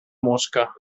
mosca